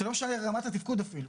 זה לא משנה את רמת התפקוד אפילו,